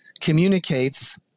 communicates